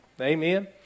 amen